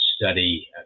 study